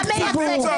לנציג ציבור.